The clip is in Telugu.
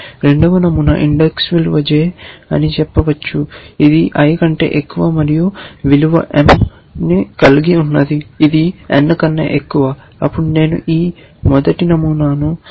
రెండవ నమూనా INDEX విలువ j అని చెప్పవచ్చు ఇది i కంటే ఎక్కువ మరియు విలువ m కలిగి ఉంటుంది ఇది n కన్నా ఎక్కువ అప్పుడు నేను ఈ మొదటి నమూనాను సవరించమని చెప్తున్నాను